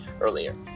earlier